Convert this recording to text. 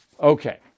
Okay